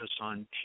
on